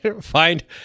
Find